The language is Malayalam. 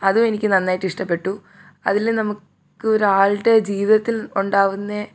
അതും എനിക്ക് നന്നായിട്ട് ഇഷ്ടപ്പെട്ടു അതിലെ നമുക്ക് ഒരാളുടെ ജീവിതത്തിൽ ഉണ്ടാവുന്ന